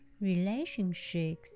relationships